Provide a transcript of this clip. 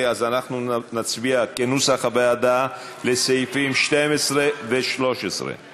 אז אנחנו נצביע על סעיפים 12 ו-13 כנוסח הוועדה.